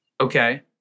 Okay